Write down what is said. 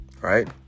right